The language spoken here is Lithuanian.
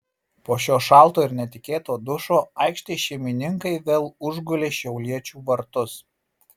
po šio šalto ir netikėto dušo aikštės šeimininkai vėl užgulė šiauliečių vartus